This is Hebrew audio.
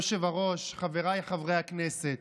אדוני היושב-ראש, חבריי חברי הכנסת,